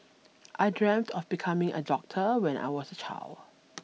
I dreamt of becoming a doctor when I was a child